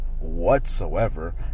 whatsoever